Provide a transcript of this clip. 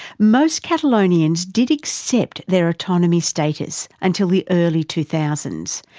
most catalonians did accepted their autonomy status until the early two thousand